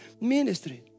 ministry